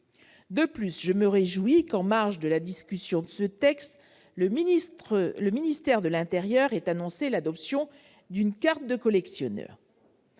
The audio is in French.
De plus, je me réjouis que, en marge de la discussion de ce texte, le ministère de l'intérieur ait annoncé l'adoption d'une carte de collectionneur.